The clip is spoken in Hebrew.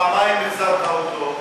פעמיים החזרת אותו,